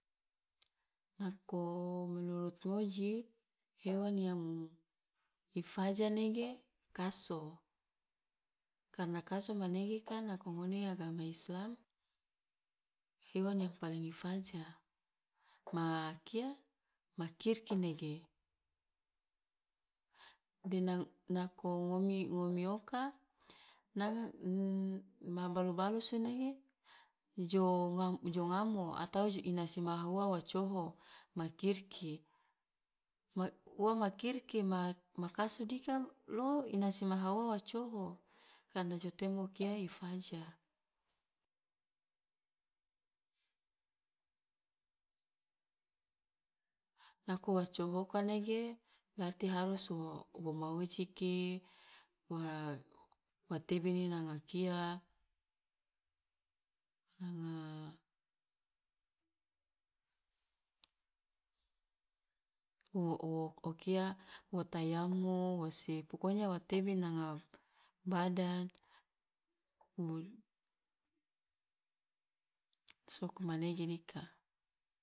Nako menurut ngoji, hewan yang i faja nege, kaso. Karena kaso manege kan nako ngone agama islam, hewan yang paling i faja, ma kia, ma kirki nege. De nang nako ngomi ngomi oka nang ma balu balusu nege jo ngam jo ngamo atau je ina simaha ua wa coho ma kirki. Ma ua ma kirki ma ma kaso dika lo ina simaha ua wa coho karena jo temo kia i faja. Nako wa cohoka nege beraerti harus wo wo ma ujiki, wa wa tebini nanga kia, nanga wo wo o kia wo tayamu, wosi pokonya wo tebini nanga badan soko manege dika.